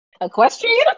Equestrian